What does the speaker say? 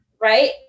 Right